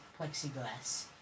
plexiglass